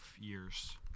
years